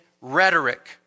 rhetoric